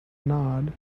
nod